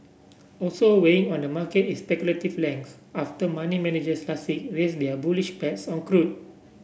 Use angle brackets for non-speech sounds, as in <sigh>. also weighing on the market is speculative length after money managers <unintelligible> raise their bullish bets on crude